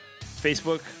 Facebook